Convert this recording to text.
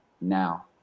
now